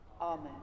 Amen